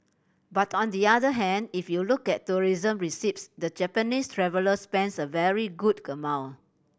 but on the other hand if you look at tourism receipts the Japanese traveller spends a very good amount